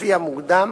לפי המוקדם,